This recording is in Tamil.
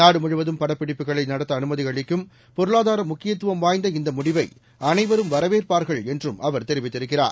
நாடு முழுவதும் படப்பிடிப்புகளை நடத்த அனுமதி அளிக்கும்இ பொருளாதார முக்கியத்துவம் வாய்ந்த இந்த முடிவை அனைவரும் வரவேற்பார்கள் என்றும் அவர் தெரிவித்திருக்கிறார்